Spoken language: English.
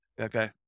okay